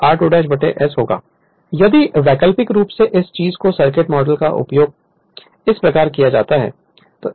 Refer Slide Time 3811 इसलिए वैकल्पिक रूप से इस चीज़ के सर्किट मॉडल का उपयोग इस प्रकार किया जा सकता है